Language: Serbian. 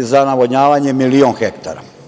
za navodnjavanje milion hektara.